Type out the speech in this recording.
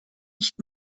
nicht